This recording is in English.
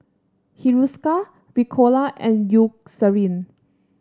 Hiruscar Ricola and Eucerin